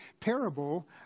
parable